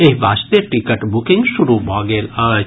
एहि वास्ते ticket booking शुरू भऽ गेल अछि